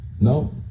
No